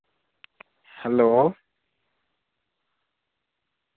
hello